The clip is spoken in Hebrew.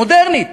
מודרנית.